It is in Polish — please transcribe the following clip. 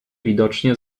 widocznie